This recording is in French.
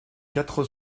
quatre